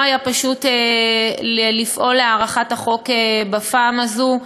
לא היה פשוט לפעול להארכת החוק בפעם הזאת,